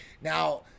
Now